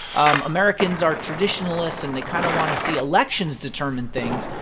um americans are traditionalists, and they kind of want to see elections determine things,